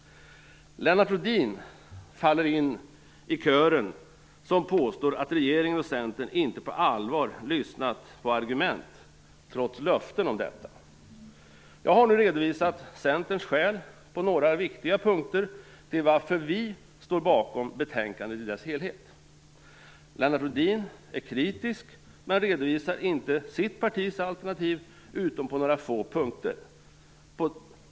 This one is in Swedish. Lennart Rohdin faller in i kören som påstår att regeringen och Centern inte på allvar lyssnat på argument trots löften om detta. Jag har nu redovisat Centerns skäl på några viktiga punkter till varför vi står bakom betänkandet i dess helhet. Lennart Rohdin är kritisk, men redovisar inte sitt partis alternativ utom på några få punkter.